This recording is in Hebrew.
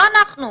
לא אנחנו,